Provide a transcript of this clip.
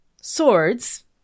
Swords